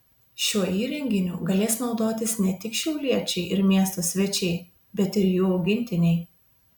šiuo įrenginiu galės naudotis ne tik šiauliečiai ir miesto svečiai bet ir jų augintiniai